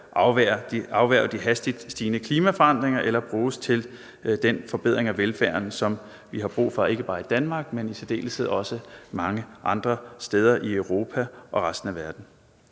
afværge de hastigt stigende klimaforandringer eller bruges til den forbedring af velfærden, som vi har brug for ikke bare i Danmark, men i særdeleshed også mange andre steder i Europa og resten af verden.